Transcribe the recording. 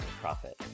profit